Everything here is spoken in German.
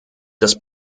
das